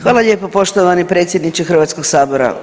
Hvala lijepo poštovani predsjedniče Hrvatskog sabora.